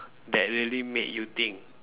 that really made you think